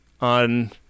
on